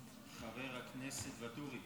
חבר הכנסת ואטורי